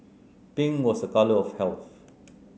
pink was a colour of health